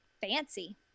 Fancy